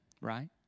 right